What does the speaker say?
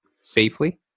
safely